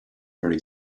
very